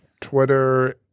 Twitter